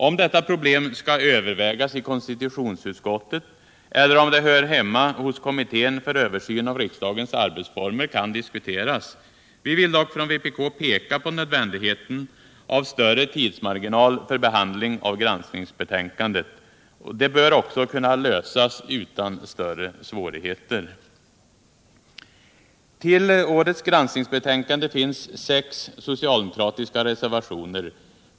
Om detta problem skall övervägas i konstitutionsutskottet eller om det hör hemma hos kommittén för översyn av riksdagens arbetsformer kan diskuteras. Vi vill dock från vpk peka på nödvändigheten av större tidsmarginal för behandling av granskningsbetänkandet. Det bör också kunna lösas utan större svårigheter. Till årets granskningsbetänkande finns sex socialdemokratiska reservationer.